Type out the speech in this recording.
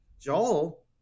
Joel